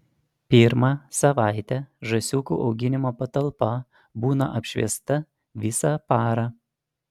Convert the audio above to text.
pirmą savaitę žąsiukų auginimo patalpa būna apšviesta visą parą